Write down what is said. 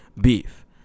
Beef